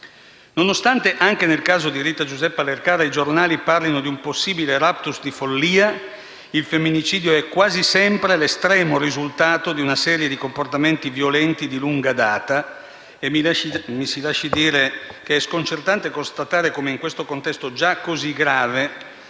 Nonostante, anche nel caso di Rita Giuseppa Lercara, i giornali parlino di un possibile *raptus* di follia, il femminicidio è quasi sempre l'estremo risultato di una serie di comportamenti violenti di lunga data. E mi si lasci dire che è sconcertante constatare come in questo contesto, già così grave,